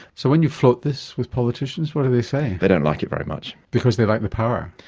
so when you float this with politicians, what do they say? they don't like it very much. because they like the power.